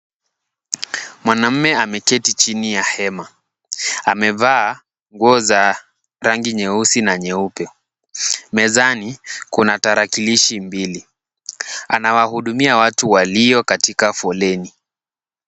Mwanamume ameketi chini ya hema, amevaa nguo za rangi nyeusi na nyeupe, mezani kuna tarakilishi mbili. Anawahudumia watu walio katika foleni.